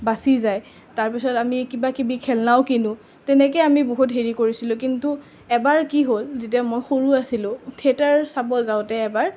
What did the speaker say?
বাচি যায় তাৰ পিছত আমি কিবা কিবি খেলনাও কিনো তেনেকৈ আমি বহুত হেৰি কৰিছিলোঁ কিন্তু এবাৰ কি হ'ল যেতিয়া মই সৰু আছিলোঁ থিয়েটাৰ চাব যাওঁতে এবাৰ